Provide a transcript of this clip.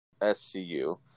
SCU